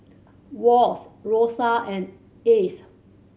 Wash Rosa and Ace